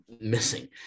missing